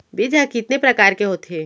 बीज ह कितने प्रकार के होथे?